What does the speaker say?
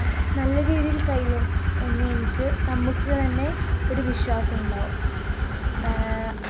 നല്ല രീതിയിൽ കഴിയും എന്ന് എനിക്കു നമുക്കു തന്നെ ഒരു വിശ്വാസമുണ്ടാവും